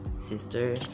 sister